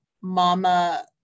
mama